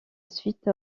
suite